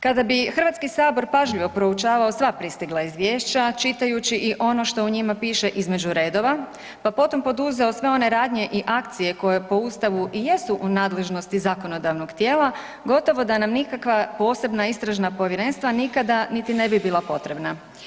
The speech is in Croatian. Kada bi HS pažljivo proučavao sva pristigla izvješća, čitajući i ono što u njima piše između redova, pa potom poduzeo sve one radnje i akcije koje po Ustavu i jesu u nadležnosti zakonodavnog tijela, gotovo da nam nikakva posebna istražna povjerenstva nikada niti ne bi bila potrebna.